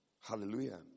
Hallelujah